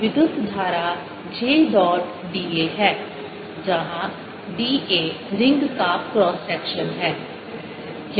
विद्युत धारा J dot da है जहां da रिंग का क्रॉस सेक्शन है